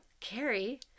Carrie